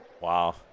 Wow